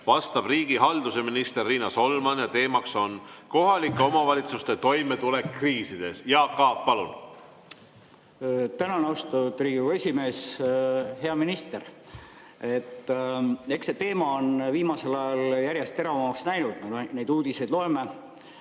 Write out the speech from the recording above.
vastab riigihalduse minister Riina Solman ja teema on kohalike omavalitsuste toimetulek kriisides. Jaak Aab, palun! Tänan, austatud Riigikogu esimees! Hea minister! Eks see teema on viimasel ajal järjest teravamaks läinud. Me loeme neid uudiseid, et